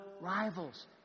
rivals